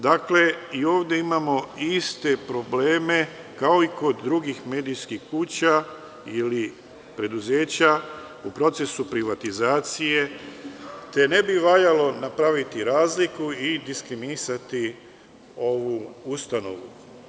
Dakle, i ovde imamo iste probleme kao i kod drugih medijskih kuća ili preduzeća u procesu privatizacije, te ne bi valjalo napraviti razliku i diskriminisati ovu ustanovu.